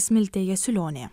smiltė jasiulionė